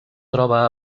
troba